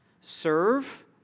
serve